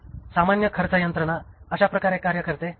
मग सामान्य खर्च यंत्रणा अशा प्रकारे कार्य करते